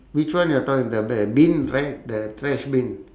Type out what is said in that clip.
which one you're talking the b~ bin right the trash bin